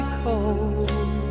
cold